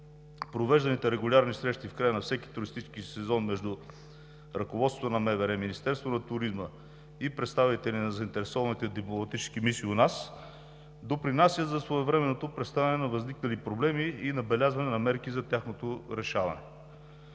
Провежданите регулярни срещи в края на всеки туристически сезон между ръководството на МВР, Министерството на туризма и представители на заинтересованите дипломатически мисии у нас допринасят за своевременното преставане на възникнали проблеми и набелязване на мерки за тяхното решаване.